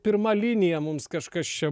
pirma linija mums kažkas čia